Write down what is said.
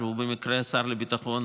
שהוא במקרה השר לביטחון